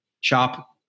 Chop